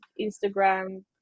Instagram